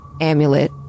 amulet